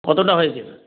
কতটা হয়েছে তোর